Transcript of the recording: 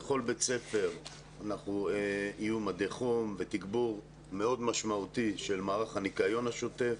בכל בית ספר יהיו מדי חום ותגבור מאוד משמעותי של מערך הניקיון השוטף.